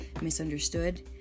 misunderstood